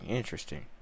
interesting